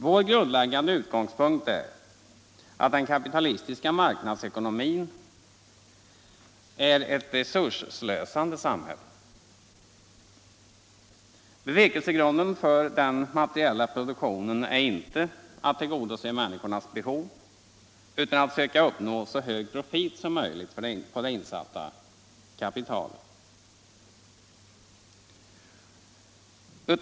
Vår grundläggande ståndpunkt är att den kapitalistiska marknadsekonomin är ett resursslösande samhälle. Bevekelsegrunden för den materiella produktionen är inte att tillgodose människornas behov utan att söka uppnå en så hög profit som möjligt på det insatta kapitalet.